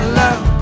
love